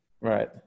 Right